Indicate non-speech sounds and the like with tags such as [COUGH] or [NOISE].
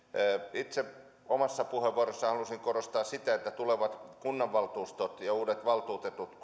itse omassa puheenvuorossani halusin korostaa sitä että kun tulevat kunnanvaltuustot ja uudet valtuutetut [UNINTELLIGIBLE]